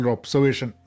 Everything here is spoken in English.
observation